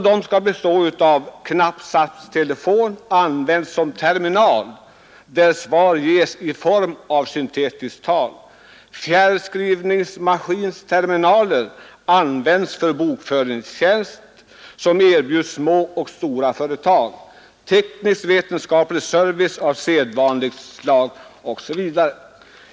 De skall bestå av knappsatstelefon använd som terminal, där svar ges i form av syntetiskt tal, fjärrskrivnings maskinsterminaler använda för bokföringstjänst som erbjuds små och stora företag, teknisk-vetenskaplig service av sedvanligt slag osv.